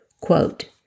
Quote